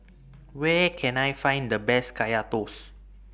Where Can I Find The Best Kaya Toast